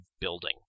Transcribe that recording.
building